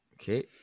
okay